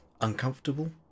uncomfortable